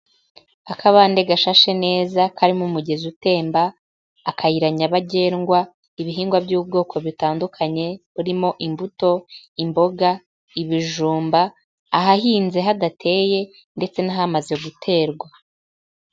Akabande gashashe neza karimo umugezi utemba, akayira nyabagendwa, ibihingwa by'ubwoko butandukanye buririmo imbuto, imboga, ibijumba, ahahinze hadateye ndetse n'ahamaze guterwa.